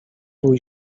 bój